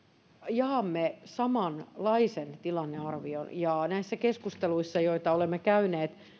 jaamme samanlaisen tilannearvion näissä keskusteluissa joita olemme käyneet